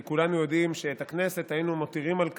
כי כולנו יודעים שאת הכנסת היינו מותירים על כנה,